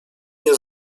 nie